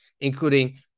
including